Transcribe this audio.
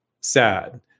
sad